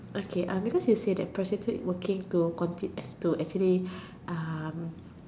okay uh because you said that prostitute working to conti~ to actually um